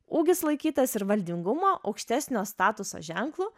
ūgis laikytas ir valdingumo aukštesnio statuso ženklu